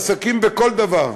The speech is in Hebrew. עסקים וכל דבר.